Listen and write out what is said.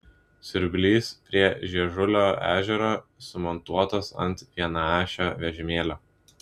siurblys prie žiežulio ežero sumontuotas ant vienaašio vežimėlio